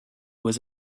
was